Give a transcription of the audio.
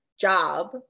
job